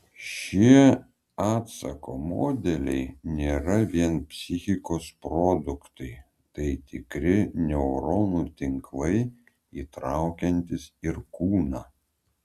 šie atsako modeliai nėra vien psichikos produktai tai tikri neuronų tinklai įtraukiantys ir kūną